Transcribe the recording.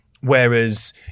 Whereas